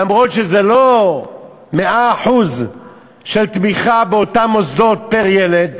למרות שזה לא תמיכה של 100% באותם מוסדות פר ילד,